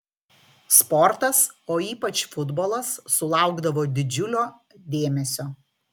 sportas o ypač futbolas sulaukdavo didžiulio dėmesio